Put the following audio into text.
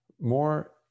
more